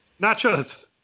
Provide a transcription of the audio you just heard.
Nachos